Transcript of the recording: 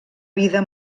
vida